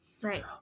Right